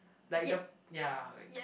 like the ya like